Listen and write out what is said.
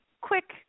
quick